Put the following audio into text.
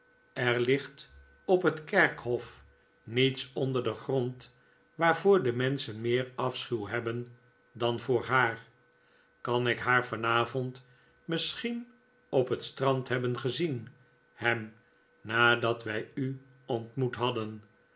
er ligt op het kerkhof niets onder den grond waarvoor de menschen meer afschuw hebben dan voor haar kan ik haar vanavond misschien op het strand hebben gezien ham nadat wij u ontmoet hadden